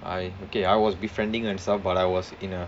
I okay I was befriending and stuff but I was in a